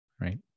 right